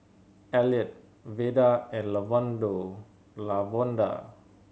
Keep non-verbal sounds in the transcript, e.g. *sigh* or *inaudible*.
Elliott Veda and *unintelligible* Lavonda